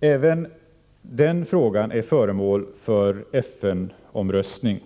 Även den frågan är föremål för FN-omröstning,